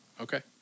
Okay